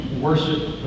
worship